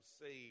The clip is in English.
saved